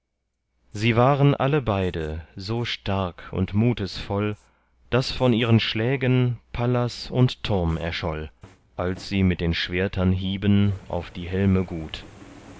sie waren alle beide so stark und mutesvoll daß von ihren schlägen pallas und turm erscholl als sie mit schwertern hieben auf die helme gut